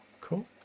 Cool